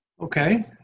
Okay